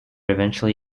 eventually